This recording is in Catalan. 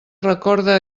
recorda